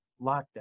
lockdown